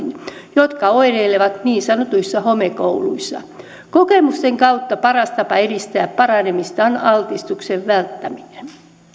jotka oireilevat niin sanotuissa homekouluissa kokemusten kautta paras tapa edistää paranemista on altistuksen välttäminen